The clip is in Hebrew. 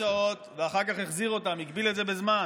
חיכו שעות, ואחר כך החזיר אותם, הגביל את זה בזמן.